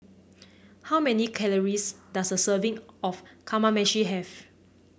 how many calories does a serving of Kamameshi have